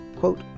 Quote